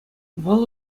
вӑл